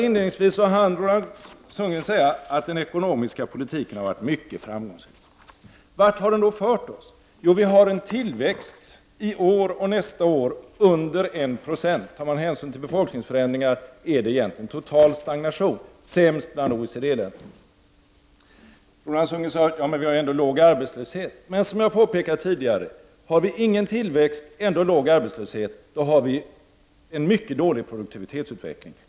Inledningsvis hann Roland Sundgren säga att den ekonomiska politiken har varit mycket framgångsrik. Vart har den då fört oss? Jo, vi har en tillväxt i år, och kommer att få det även nästa år, under 196. Tar man hänsyn till befolkningsförändringen är det egentligen liktydigt med total stagnation, och det är sämst bland OECD-länderna. Roland Sundgren sade att vi ändå har låg arbetslöshet. Som jag har påpekat tidigare har vi ingen tillväxt men låg arbetslöshet. Det innebär att vi har en mycket dålig produktivitetsutveckling.